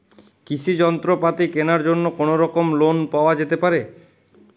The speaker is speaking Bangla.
কৃষিযন্ত্রপাতি কেনার জন্য কোনোরকম লোন পাওয়া যেতে পারে?